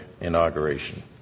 inauguration